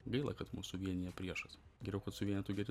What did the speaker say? gaila kad mus suvienija priešas geriau kad suvienytų geri